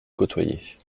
côtoyait